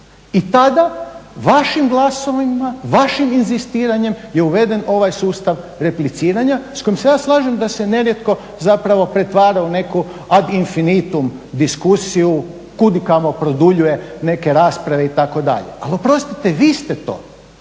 I tada vašim glasovima, vašim inzistiranjem je uveden ovaj sustav repliciranja s kojim se ja slažem da se nerijetko zapravo pretvara u neku ad infinitum diskusiju kudikamo produljuje neke rasprave itd. Ali oprostite vi ste to